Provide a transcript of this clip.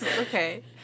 Okay